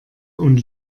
und